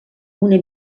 una